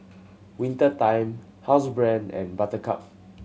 Winter Time Housebrand and Buttercup